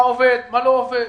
מה עובד ומה לא עובד.